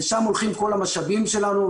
לשם הולכים כל המשאבים שלנו,